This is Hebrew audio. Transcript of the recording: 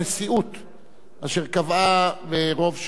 אשר קבעה ברוב של שבעה נגד שניים,